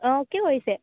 অঁ কি কৰিছে